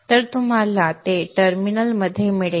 तर नंतर तुम्हाला ते टर्मिनलमध्ये मिळेल